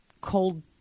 cold